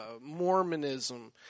Mormonism